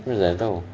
mana safian tahu